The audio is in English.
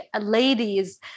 ladies